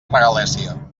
regalèssia